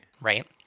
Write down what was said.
Right